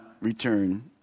return